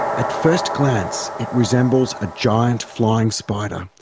at first glance it resembles a giant, flying spider.